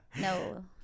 No